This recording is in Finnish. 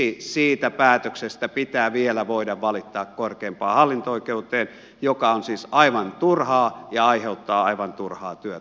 miksi siitä päätöksestä pitää vielä voida valittaa korkeimpaan hallinto oikeuteen mikä on siis aivan turhaa ja aiheuttaa aivan turhaa työtä